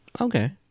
Okay